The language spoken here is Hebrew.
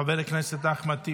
חבר הכנסת אחמד טיבי,